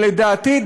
לדעתי,